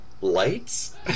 lights